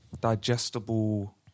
digestible